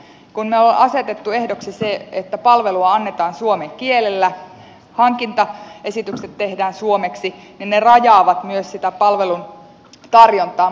kun me olemme asettaneet ehdoksi sen että palvelua annetaan suomen kielellä hankintaesitykset tehdään suomeksi niin ne rajaavat sitä palvelun tarjontaa